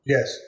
Yes